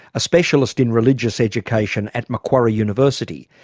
a specialist in religious education at macquarie university,